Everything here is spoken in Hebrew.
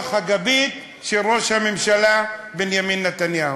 הגבית של ראש הממשלה בנימין נתניהו.